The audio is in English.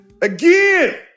again